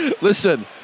Listen